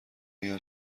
اگر